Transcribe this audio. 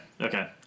Okay